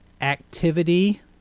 activity